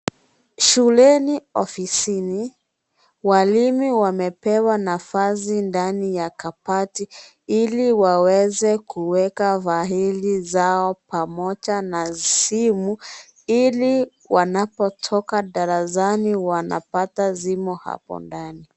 Shuleni ofisini, walimu wamepewa nafasi ndani ya kabati ili waweze kuweka faili zao pamoja na simu ili wanapotoka darasani wanapata zimo hapo ndani.